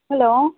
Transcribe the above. hello